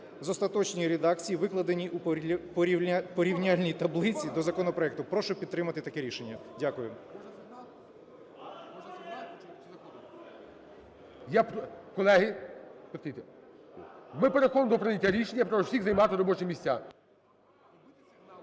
з остаточною редакцією, викладеній у порівняльній таблиці до законопроекту. Прошу підтримати таке рішення. Дякую. ГОЛОВУЮЧИЙ. Колеги, ми переходимо до прийняття рішення. Прошу всіх займати робочі місця.